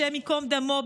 השם ייקום דמו,